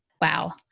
Wow